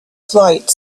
flight